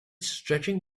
stretching